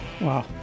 Wow